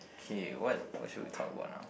K what what should we talk about now